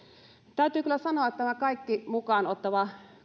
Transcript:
täytyy kyllä sanoa että tämä kaikki mukaan ottava